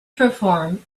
perform